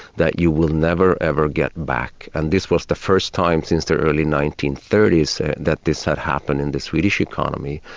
that you will never, ever get back, and this was the first time since the early nineteen thirty s so that this had happened in the swedish economy,